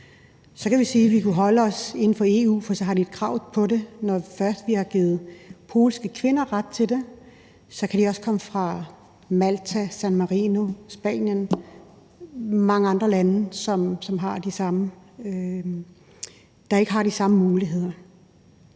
Så kunne vi sige, at vi kunne holde os inden for EU, for så har de et krav på det, men når først vi har givet polske kvinder ret til det, kan de også komme fra Malta, San Marino, Spanien og mange andre lande, der ikke har de samme muligheder.